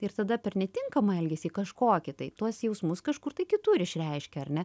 ir tada per netinkamą elgesį kažkokį tai tuos jausmus kažkur tai kitur išreiškia ar ne